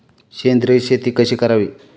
सेंद्रिय शेती कशी करावी?